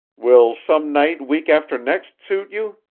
will some night week after next suit you?